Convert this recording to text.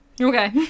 Okay